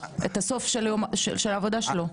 את הסוף של העבודה שלו...